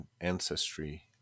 ancestry